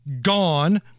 gone